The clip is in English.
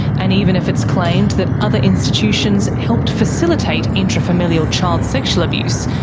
and even if it's claimed that other institutions helped facilitate intrafamilial child sexual abuse,